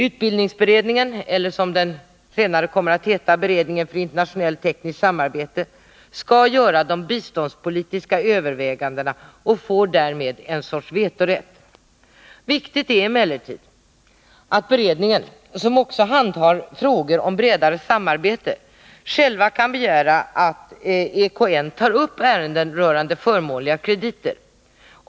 Utbildningsberedningen — eller, som den senare kommer att heta, beredningen för internationellt tekniskt samarbete — skall göra de bistånds politiska övervägandena och får därmed en sorts vetorätt. Viktigt är emellertid att beredningen, som också handhar frågor om bredare samarbete, själv kan begära att EKN tar upp ärenden rörande förmånliga krediter.